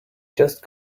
just